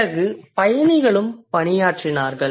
பிறகு பயணிகளும் பணியாற்றினார்கள்